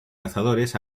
cazadores